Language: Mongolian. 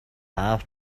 аав